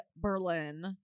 Berlin